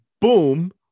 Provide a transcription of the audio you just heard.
boom